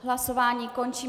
Hlasování končím.